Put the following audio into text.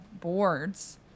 Boards